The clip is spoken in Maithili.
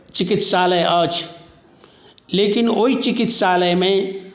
चिकित्सालय अछि लेकिन ओहि चिकित्सालयमे